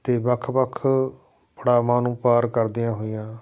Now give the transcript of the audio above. ਅਤੇ ਵੱਖ ਵੱਖ ਪੜਾਵਾਂ ਨੂੰ ਪਾਰ ਕਰਦਿਆ ਹੋਇਆ